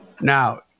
Now